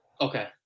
Okay